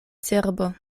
cerbo